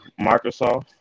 Microsoft